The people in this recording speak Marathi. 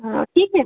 ठीक आहे